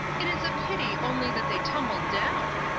it is a pity only that they tumbled down.